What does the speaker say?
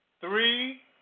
three